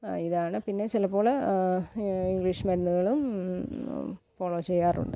ഇതാണ് പിന്നെ ചിലപ്പോള് ഇംഗ്ലീഷ് മരുന്നുകളും ഫോളോ ചെയ്യാറുണ്ട്